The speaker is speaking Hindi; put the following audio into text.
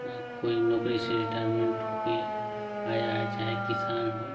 कोई नौकरी से रिटायरमेंट होके आया है चाहे किसान हो